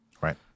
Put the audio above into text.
Right